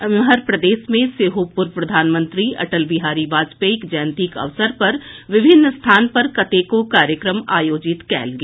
एम्हर प्रदेश मे सेहो पूर्व प्रधानमंत्री अटल बिहारी वाजपेयीक जयंतीक अवसर पर विभिन्न स्थान पर कतेको कार्यक्रम आयोजित कयल गेल